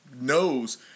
knows